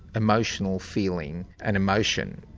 emotional feeling an emotion,